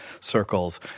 circles